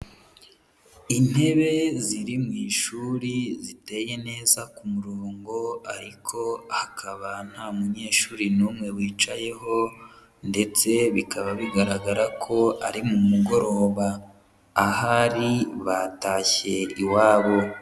Intebe ziri mu ishuri ziteye neza ku murongo ariko hakaba nta munyeshuri n'umwe wicayeho ndetse bikaba bigaragara ko ari mu mugoroba, ahari batashye iwabo.